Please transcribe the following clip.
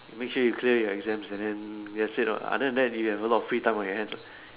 make sure you clear your exams and then that's it lor other than that you have a lot of free time on your hands lah